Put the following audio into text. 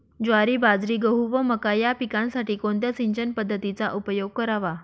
ज्वारी, बाजरी, गहू व मका या पिकांसाठी कोणत्या सिंचन पद्धतीचा उपयोग करावा?